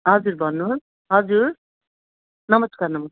हजुर भन्नुहोस् हजुर नमस्कार नमस्कार